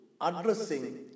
addressing